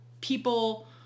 people